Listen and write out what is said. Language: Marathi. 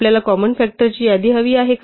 आपल्याला कॉमन फ़ॅक्टरची यादी हवी आहे का